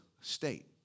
state